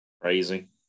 Crazy